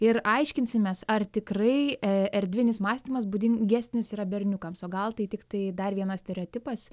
ir aiškinsimės ar tikrai erdvinis mąstymas būdingesnis yra berniukams o gal tai tiktai dar vienas stereotipas